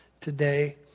today